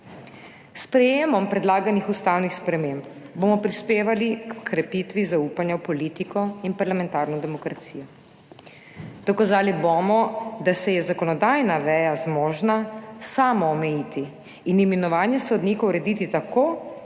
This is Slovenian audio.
S sprejetjem predlaganih ustavnih sprememb bomo prispevali h krepitvi zaupanja v politiko in parlamentarno demokracijo. Dokazali bomo, da se je zakonodajna veja zmožna samoomejiti in imenovanje sodnikov urediti tako,